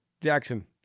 Jackson